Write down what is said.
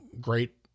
Great